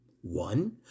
One